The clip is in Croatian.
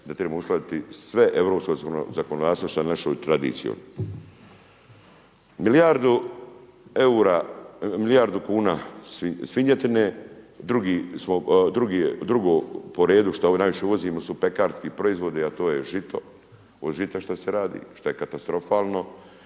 da trebamo uskladiti sva europska zakonodavstva sa našom tradicijom. Milijardu kuna svinjetine, drugo po redu što najviše uvozimo su pekarski proizvodi a to je žito, od žita šta se radi, šta je katastrofalno,